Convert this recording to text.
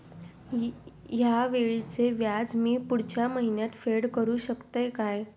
हया वेळीचे व्याज मी पुढच्या महिन्यात फेड करू शकतय काय?